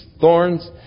thorns